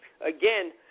Again